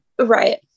right